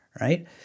right